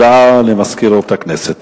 הודעה למזכירות הכנסת.